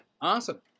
awesome